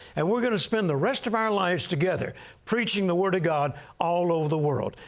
and we're going to spend the rest of our lives together preaching the word of god all over the world.